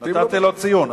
נתתי לו ציון.